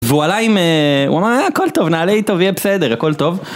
והוא עלה עם הוא אמר הכל טוב, נעלה איתו ויהיה בסדר הכל טוב